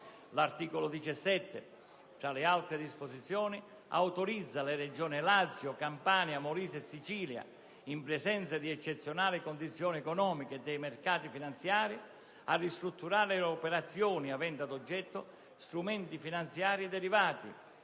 L'articolo 17, tra le altre disposizioni, autorizza le Regioni Lazio, Campania, Molise e Sicilia, in presenza di eccezionali condizioni economiche e dei mercati finanziari, a ristrutturare le operazioni aventi ad oggetto strumenti finanziari derivati,